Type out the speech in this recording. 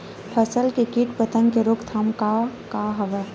फसल के कीट पतंग के रोकथाम का का हवय?